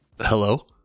Hello